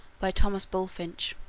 by thomas bulfinch